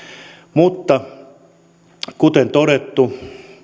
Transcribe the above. mutta kuten todettu